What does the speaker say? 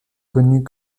connus